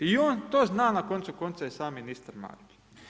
I on to zna na koncu konca i sam ministar Marić.